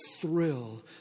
thrill